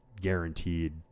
guaranteed